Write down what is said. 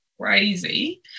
crazy